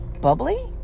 bubbly